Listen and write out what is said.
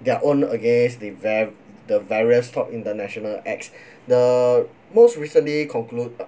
their own against the ver~ the various top international acts the most recently conclude a~